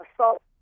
assault